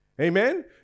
Amen